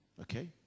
Okay